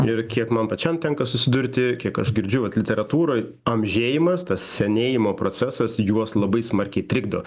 ir kiek man pačiam tenka susidurti kiek aš girdžiu vat literatūroj amžėjimas tas senėjimo procesas juos labai smarkiai trikdo